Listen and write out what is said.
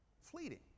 fleeting